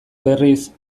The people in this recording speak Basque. berriz